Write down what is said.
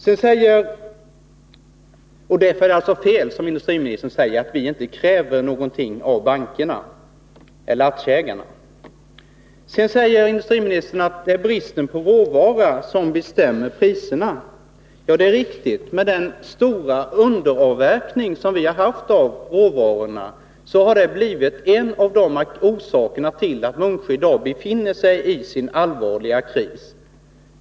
Det är alltså fel av industriministern att påstå att vi inte kräver något av de privata bankerna och aktieägarna. Industriministern hävdar att det är bristen på råvara som bestämmer priserna, och det är riktigt. Den stora underavverkningen av råvaror är en av orsakerna till att Munksjö AB i dag befinner sig i en så allvarlig kris.